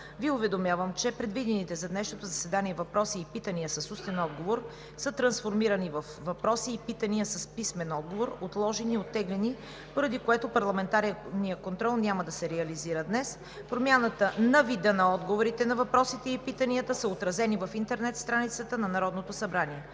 Ви уведомявам, че предвидените за днешното заседание въпроси и питания с устен отговор са трансформирани във въпроси и питания с писмен отговор – отложени и оттеглени, поради което парламентарният контрол няма да се реализира днес. Промяната на вида на отговорите на въпросите и питанията са отразени в интернет страницата на Народното събрание.